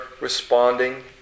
responding